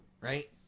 Right